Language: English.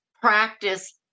practice